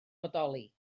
bodoli